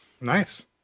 nice